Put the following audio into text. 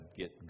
get